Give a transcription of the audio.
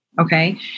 okay